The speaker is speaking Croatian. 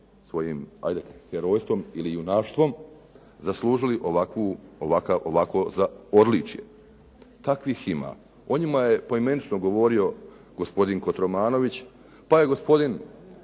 svojim ajde herojstvom ili junaštvom zaslužili ovakvo odličje. Takvih ima. O njima je poimenično govorio gospodin Kotromanović, pa je čak i gospodin